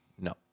No